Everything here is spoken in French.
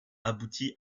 abouti